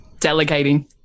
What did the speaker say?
delegating